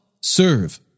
serve